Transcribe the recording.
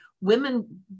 Women